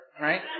right